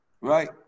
Right